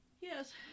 Yes